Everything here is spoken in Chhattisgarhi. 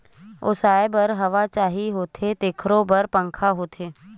ओसाए बर हवा चाही होथे तेखरो बर पंखा होथे